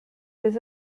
was